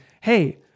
hey